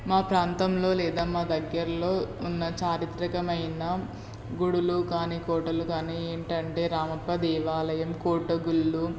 మా ప్రాంతంలో లేదా మా దగ్గర్లో ఉన్న చారిత్రికమైన గుడులు కానీ కోటలు కానీ ఏంటంటే రామప్ప దేవాలయం కోటగుళ్ళు